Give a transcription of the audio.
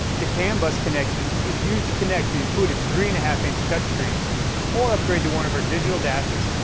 the cam bus connection is used to connect the included three and a half-inch touch screen or upgrade to one of our digital dashes.